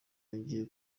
yagiye